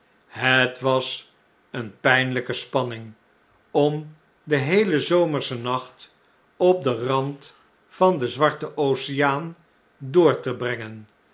het was eene pijnlijke spanning om den heelen zomerschen nacht op den rand van den zwarten oceaan door te brengen